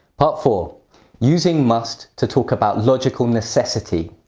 part four using must to talk about logical necessity.